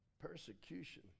Persecution